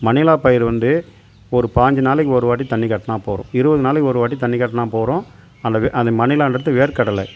மணிலா பயிர் வந்து ஒரு பாய்ஞ்சு நாளைக்கு ஒரு வாட்டி தண்ணி காட்டினா போரும் இருபது நாளைக்கு ஒரு வாட்டி தண்ணி காட்டினா போரும் நல்லது அந்த மணிலான்றது வேர்கடலை